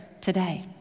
today